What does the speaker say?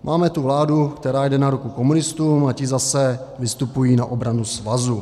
Máme tu vládu, která jde na ruku komunistům, a ti zase vystupují na obranu svazu.